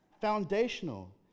foundational